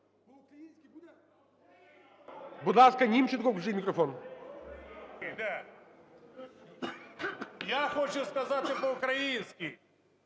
Я хочу сказати по-українськи: